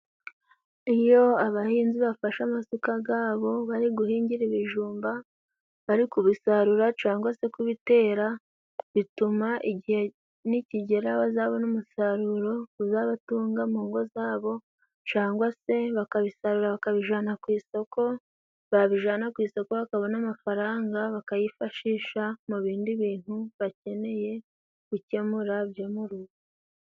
Iyo abahinzi bafashe amasuka gabo bari guhingira ibijumba, bari kubisarura cangwa se kubitera bituma igihe nikigera bazabona umusaruro uzabatunga mu ngo zabo cangwa se bakabisarura bakabijana ku isoko, babijana ku isoko bakabona amafaranga bakayifashisha mu bindi bintu bakeneye gukemura byo mu rugo.